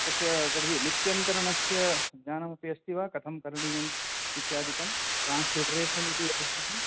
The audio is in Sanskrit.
तस्य तर्हि लिप्यन्तरणस्य ज्ञानमपि अस्ति वा कथं करणीयम् इत्यादिकं ट्रान्स्लिट्रशन् इति अपेक्षते